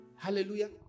Hallelujah